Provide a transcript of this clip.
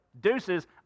deuces